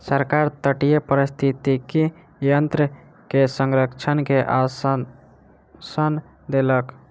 सरकार तटीय पारिस्थितिकी तंत्र के संरक्षण के आश्वासन देलक